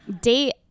date